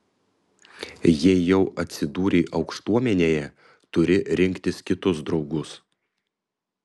jei jau atsidūrei aukštuomenėje turi rinktis kitus draugus